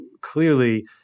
clearly